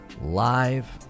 live